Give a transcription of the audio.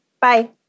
Bye